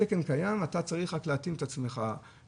התקן קיים, אתה צריך רק להתאים את עצמך בנושא.